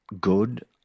good